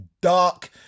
dark